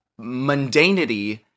mundanity